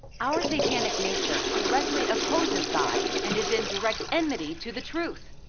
our satanic nature directly opposes god and is in direct enmity to the truth.